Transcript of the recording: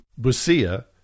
Busia